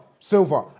Silver